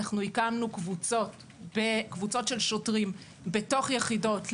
הקמנו קבוצות של שוטרים בתוך יחידות "להב"